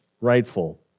rightful